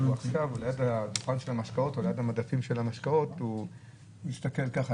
ועכשיו ליד המדפים של המשקאות הוא מסתכל ככה,